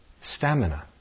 stamina